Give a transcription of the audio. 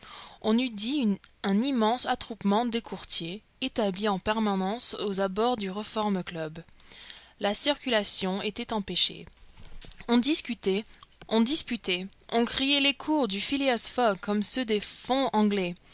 on eût dit un immense attroupement de courtiers établis en permanence aux abords du reform club la circulation était empêchée on discutait on disputait on criait les cours du phileas fogg comme ceux des fonds anglais